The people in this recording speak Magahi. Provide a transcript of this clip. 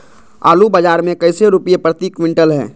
आलू बाजार मे कैसे रुपए प्रति क्विंटल है?